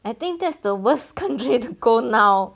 I think that's the worst country to go now